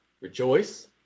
Rejoice